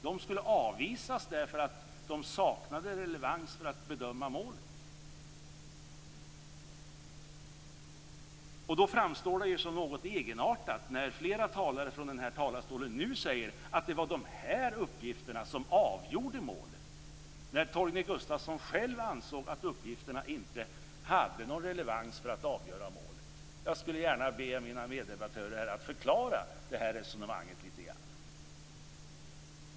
De skulle avvisas därför att de saknade relevans för att bedöma målet. Då framstår det som något egenartat när flera talare från talarstolen nu säger att det var de här uppgifterna som avgjorde målet. Torgny Gustafsson själv ansåg att uppgifterna inte hade någon relevans för att avgöra målet. Jag skulle gärna be mina meddebattörer att förklara det här resonemanget lite grann.